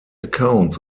accounts